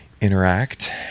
Interact